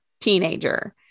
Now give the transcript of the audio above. teenager